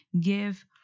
give